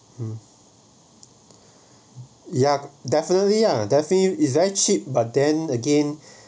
uh ya definitely ah definitely is that cheap but then again